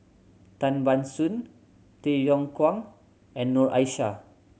Tan Ban Soon Tay Yong Kwang and Noor Aishah